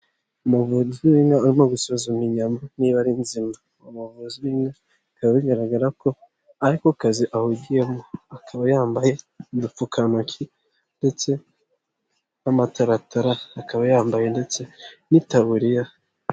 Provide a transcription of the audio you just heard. Umuvuzika urimo gusuzuma inyama niba ari nzima. Umuvuzi bikaba bigaragara ko ariko kazi ahugiyemo, akaba yambaye udupfukantoki ndetse n'amataratara, akaba yambaye ndetse n'itaburiya.